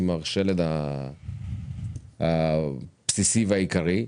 עם השלד הבסיסי והעיקרי,